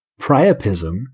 Priapism